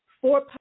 four